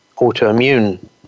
autoimmune